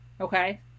okay